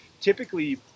typically